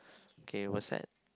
can you WhatsApp